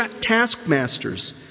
taskmasters